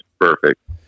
perfect